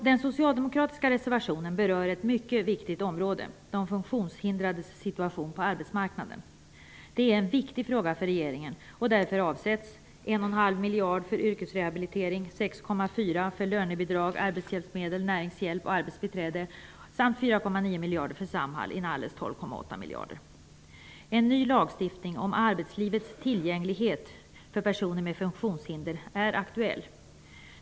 Den socialdemokratiska reservationen berör ett mycket viktigt område, de funktionshindrades situation på arbetsmarknaden. Detta är en betydelsefull fråga för regeringen, och därför avsätts 1,5 miljarder kronor för yrkesrehabilitering, En ny lagstiftning om arbetslivets tillgänglighet för personer med funktionshinder är aktuell.